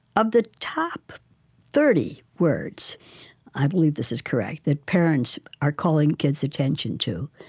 of the top thirty words i believe this is correct that parents are calling kids' attention to,